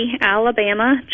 Alabama